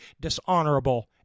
dishonorable